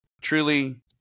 truly